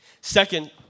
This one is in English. Second